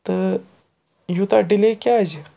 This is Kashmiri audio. تہٕ یوٗتاہ ڈِلے کیٛازِ